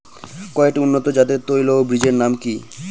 কয়েকটি উন্নত জাতের তৈল ও বীজের নাম কি কি?